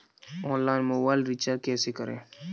Online mobile recharge कैसे करें?